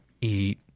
eat